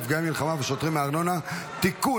נפגעי מלחמה ושוטרים מארנונה) (תיקון,